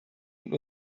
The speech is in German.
und